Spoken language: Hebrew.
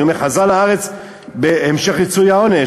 אני אומר: חזר לארץ להמשך ריצוי העונש,